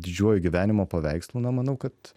didžiuoju gyvenimo paveikslu na manau kad